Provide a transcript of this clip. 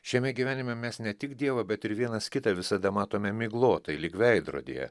šiame gyvenime mes ne tik dievą bet ir vienas kitą visada matome miglotai lyg veidrodyje